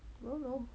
I don't know